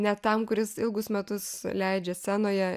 net tam kuris ilgus metus leidžia scenoje